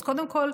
אז קודם כול,